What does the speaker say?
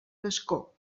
gascó